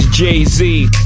Jay-Z